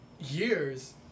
years